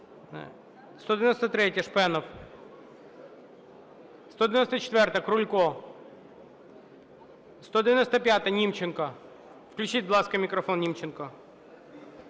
193-я, Шпенов. 194-а, Крулько. 195-а, Німченко. Включіть, будь ласка, мікрофон Німченку.